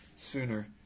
sooner